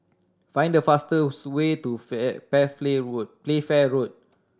find the fastest way to Playfair Road